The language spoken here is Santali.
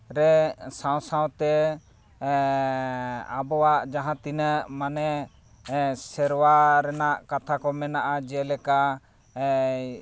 ᱨᱮ ᱥᱟᱶ ᱥᱟᱶᱛᱮ ᱟᱵᱚᱣᱟᱜ ᱡᱟᱦᱟᱸ ᱛᱤᱱᱟᱹᱜ ᱢᱟᱱᱮ ᱥᱮᱨᱣᱟ ᱨᱮᱱᱟᱜ ᱠᱟᱛᱷᱟ ᱠᱚ ᱢᱮᱱᱟᱜᱼᱟ ᱡᱮᱞᱮᱠᱟ